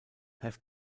have